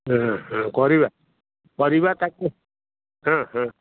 ହଁ ହଁ କରିବା କରିବା ତାକୁ ହଁ ହଁ